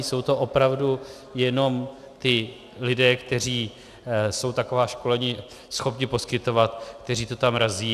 Jsou to opravdu jenom ti lidé, kteří jsou taková školená schopni poskytovat, kteří to tam razí.